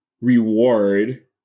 reward